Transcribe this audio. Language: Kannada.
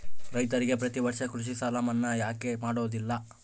ರೈತರಿಗೆ ಪ್ರತಿ ವರ್ಷ ಕೃಷಿ ಸಾಲ ಮನ್ನಾ ಯಾಕೆ ಮಾಡೋದಿಲ್ಲ?